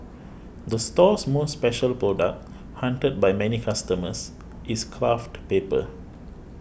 the store's most special product hunted by many customers is craft paper